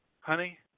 honey